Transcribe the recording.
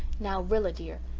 now, rilla, dear,